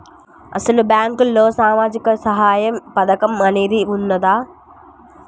అసలు బ్యాంక్లో సామాజిక సహాయం పథకం అనేది వున్నదా?